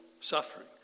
suffering